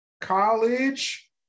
College